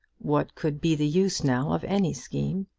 what could be the use now of any scheme?